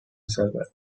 circle